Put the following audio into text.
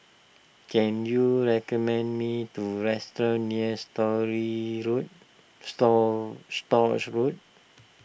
can you recommend me restaurant near Story Road Store Stores Road